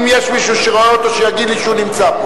אם יש מישהו שרואה אותו, שיגיד לי שהוא נמצא פה.